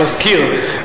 המזכיר,